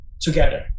together